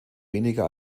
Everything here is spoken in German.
weniger